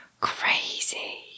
Crazy